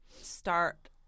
start